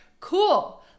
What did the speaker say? cool